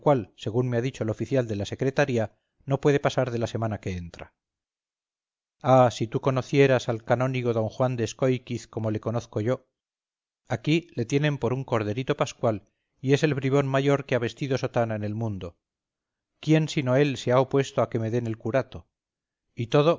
según me ha dicho el oficial de la secretaría no puede pasar de la semana que entra ah si tú conocieras al canónigo don juan de escóiquiz como le conozco yo aquí le tienen por un corderito pascual y es el bribón mayor que ha vestido sotana en el mundo quién sino él se ha opuesto a que me den el curato y todo